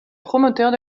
promoteurs